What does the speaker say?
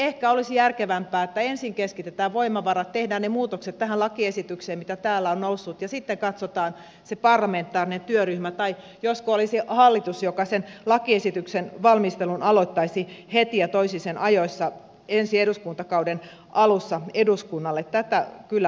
ehkä olisi järkevämpää että ensin keskitetään voimavarat tehdään ne muutokset mitä täällä on noussut tähän lakiesitykseen ja sitten katsotaan se parlamentaarinen työryhmä tai josko olisi hallitus joka sen lakiesityksen valmistelun aloittaisi heti ja toisi sen ajoissa ensi eduskuntakauden alussa eduskunnalle tätä kyllä pohtisin